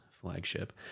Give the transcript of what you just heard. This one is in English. flagship